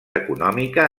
econòmica